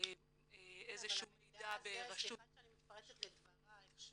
איזה שהוא מידע --- סליחה שאני מתפרצת לדברייך,